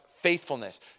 faithfulness